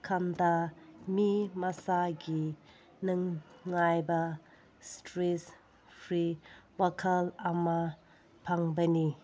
ꯀꯥꯟꯗ ꯃꯤ ꯃꯁꯥꯒꯤ ꯅꯨꯡꯉꯥꯏꯕ ꯏꯁꯇ꯭ꯔꯦꯁ ꯐ꯭ꯔꯤ ꯋꯥꯈꯜ ꯑꯃ ꯐꯪꯕꯅꯤ